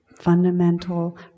fundamental